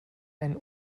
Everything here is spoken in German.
einen